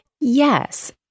Yes